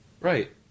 right